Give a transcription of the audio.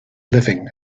living